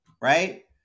right